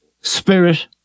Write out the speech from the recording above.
spirit